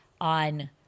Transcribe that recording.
on